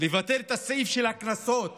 לבטל את הסעיף של קנסות